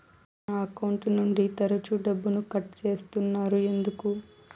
నా అకౌంట్ నుండి తరచు డబ్బుకు కట్ సేస్తున్నారు ఎందుకు